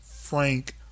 Frank